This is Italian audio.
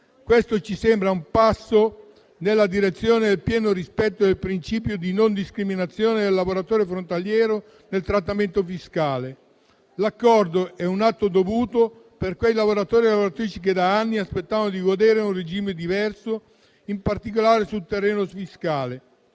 Questo ci sembra un passo nella direzione del pieno rispetto del principio di non discriminazione del lavoratore frontaliero nel trattamento fiscale. L'accordo è un atto dovuto per quei lavoratori e quelle lavoratrici che aspettavano da anni di godere di un regime diverso, in particolare sul terreno fiscale.